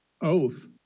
oath